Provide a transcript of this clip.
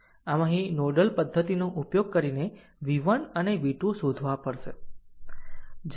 આમ અહીં નોડલ પદ્ધતિનો ઉપયોગ કરીને v1 અને v2 શોધવા પડશે